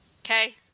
Okay